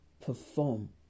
perform